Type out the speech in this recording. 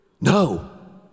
no